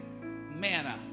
manna